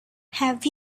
have